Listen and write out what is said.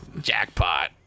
Jackpot